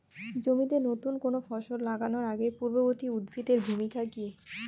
জমিতে নুতন কোনো ফসল লাগানোর আগে পূর্ববর্তী উদ্ভিদ এর ভূমিকা কি?